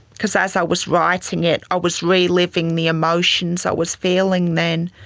because as i was writing it i was re-living the emotions i was feeling then.